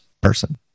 person